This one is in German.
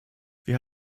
wir